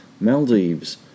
Maldives